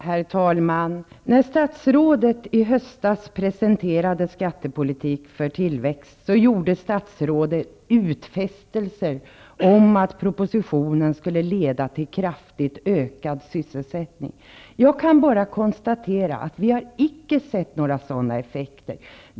Herr talman! När statsrådet i höstas presenterade sin skattepolitik för tillväxt, gjorde statsrådet utfästelser om att propositionen skulle leda till kraftigt ökad sysselsättning. Jag kan bara konstatera att vi inte sett några sådana effekter.